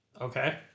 Okay